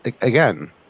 again